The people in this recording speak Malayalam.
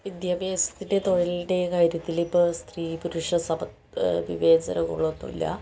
വിദ്യാഭ്യാസത്തിന്റേയും തൊഴിലിൻ്റെയും കാര്യത്തിൽ ഇപ്പോൾ സ്ത്രീപുരുഷ സമത്വ വിവേചനങ്ങളൊന്നുമില്ല